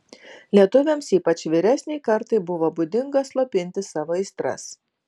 lietuviams ypač vyresnei kartai buvo būdinga slopinti savo aistras